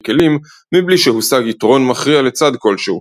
כלים מבלי שהושג יתרון מכריע לצד כלשהו.